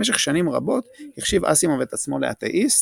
במשך שנים רבות החשיב אסימוב את עצמו לאתאיסט,